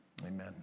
amen